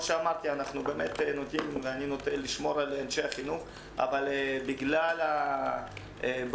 אני נוטה לשמור על אנשי החינוך אבל בגלל הבעיות